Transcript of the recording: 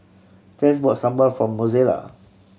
Tess bought sambal for Mozella